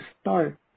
start